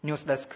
news desk